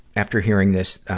after hearing this, ah,